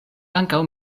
ankaŭ